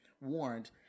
Warned